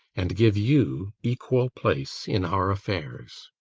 and give you equal place in our affairs.